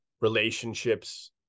relationships